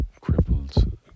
crippled